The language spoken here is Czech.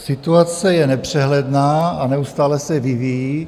Situace je nepřehledná a neustále se vyvíjí.